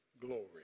glory